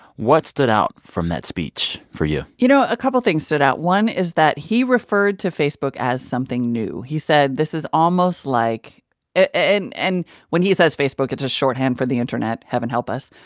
what stood out from that speech for you? you know, a couple of things stood out. one is that he referred to facebook as something new. he said, this is almost like and and when he says facebook, it's just shorthand for the internet, heaven help us.